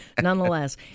Nonetheless